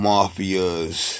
Mafias